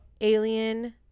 alien